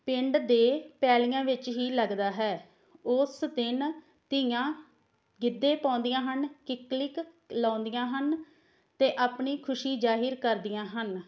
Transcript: ਪਿੰਡ ਦੇ ਪੈਲੀਆਂ ਵਿੱਚ ਹੀ ਲੱਗਦਾ ਹੈ ਉਸ ਦਿਨ ਧੀਆਂ ਗਿੱਧੇ ਪਾਉਂਦੀਆਂ ਹਨ ਕਿੱਕਲੀਕ ਲਾਉਂਦੀਆਂ ਹਨ ਅਤੇ ਆਪਣੀ ਖੁਸ਼ੀ ਜ਼ਾਹਿਰ ਕਰਦੀਆਂ ਹਨ